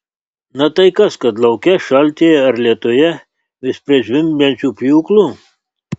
na tai kas kad lauke šaltyje ar lietuje vis prie zvimbiančių pjūklų